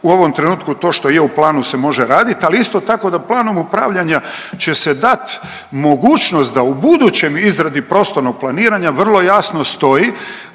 u ovom trenutku to što je u planu se može radit, al isto tako da planom upravljanja će se dat mogućnost da u budućem izradi prostornog planiranja vrlo jasno stoji